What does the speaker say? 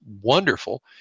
wonderful